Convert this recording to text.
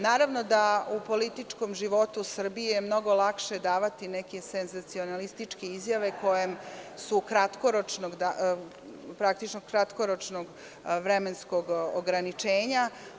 Naravno da je u političkom životu Srbije mnogo lakše davati neke senzacionalističke izjave, koje su kratkoročnog vremenskog ograničenja.